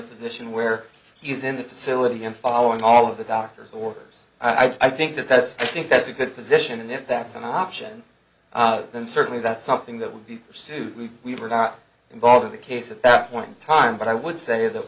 a position where he's in the facility and following all of the doctor's orders i think that that's i think that's a good position and if that's an option then certainly that's something that would be pursued we were not involved in the case at that point in time but i would say that